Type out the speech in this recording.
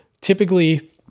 typically